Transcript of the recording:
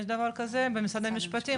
יש דבר כזה במשרד המשפטים,